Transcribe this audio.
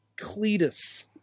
Cletus